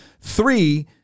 Three